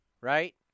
right